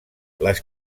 les